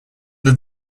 have